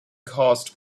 caused